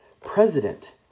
president